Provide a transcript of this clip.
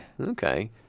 Okay